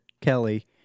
Kelly